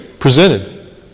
presented